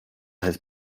has